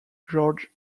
george